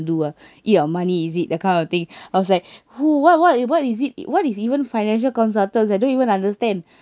do ah eat our money is it that kind of thing I was like what what what is it what is even financial consultants I don't even understand